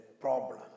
problem